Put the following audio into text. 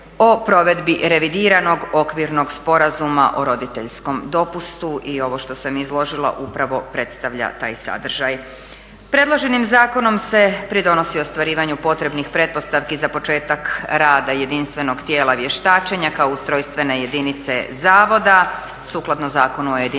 o provedbi Revidiranog okvirnog sporazuma o roditeljskom dopustu i ovo što sam izložila upravo predstavlja taj sadržaj. Predloženim zakonom se pridonosi ostvarivanju potrebnih pretpostavki za početak rada jedinstvenog tijela vještačenja kao ustrojstvene jedince zavoda sukladno Zakonu o jedinstvenom